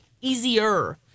Easier